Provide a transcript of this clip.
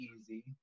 easy